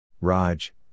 Raj